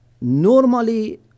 normally